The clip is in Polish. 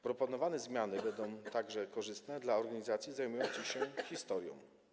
Proponowane zmiany będą korzystne także dla organizacji zajmujących się historią.